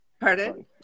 Pardon